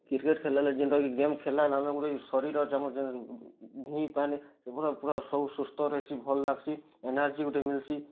cricket ଖେଲଲାଲେ ଯେନ୍ଟାକି game ଖେଲଲା ଏଲା ଗୋଟେ ଶରୀରର ଅଛେ ଆମର୍ ଯେ ଧି ପାନେ ପୁରା ପୁରା ସବୁ ସୁସ୍ଥ ରହିସି ଭଲ୍ ଲାଗ୍ସି ଏନର୍ଜି ଗୋଟେ ମିଲ୍ସି